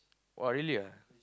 !wah! really ah